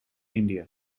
india